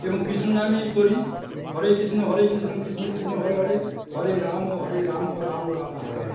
এবং কৃষ্ণনামই করি হরে কৃষ্ণ হরে কৃষ্ণ কৃষ্ণ কৃষ্ণ হরে হরে হরে রাম হরে রাম রাম রাম হরে হরে